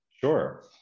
Sure